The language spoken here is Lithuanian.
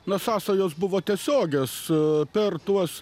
na sąsajos buvo tiesiogios per tuos